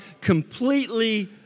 completely